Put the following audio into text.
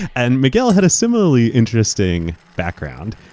and miguel had a similarly interesting background.